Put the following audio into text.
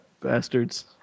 Bastards